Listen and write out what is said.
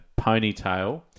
ponytail